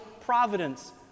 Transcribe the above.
providence